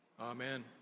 Amen